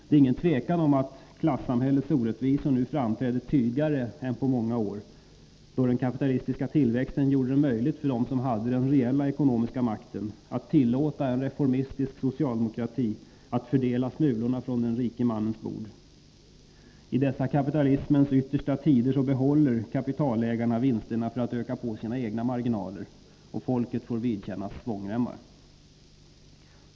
Det är inget tvivel om att klassamhällets orättvisor nu framträder tydligare än under de många år då den kapitalistiska tillväxten gjorde det möjligt för dem som hade den reella ekonomiska makten att tillåta en reformistisk socialdemokrati att fördela smulorna från den rike mannens bord. I dessa kapitalismens yttersta tider behåller kapitalägarna vinsterna för att öka på sina marginaler, och folket får vidkännas svångremmar.